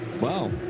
wow